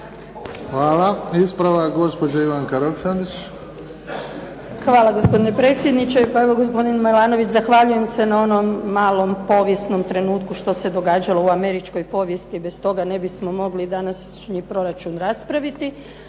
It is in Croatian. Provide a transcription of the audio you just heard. Izvolite. **Roksandić, Ivanka (HDZ)** Hvala gospodine predsjedniče. Pa evo gospodine Milanović zahvaljujem se na onom malom povijesnom trenutku što se događalo u Američkoj povijesti, bez toga ne bismo mogli današnji proračun raspraviti,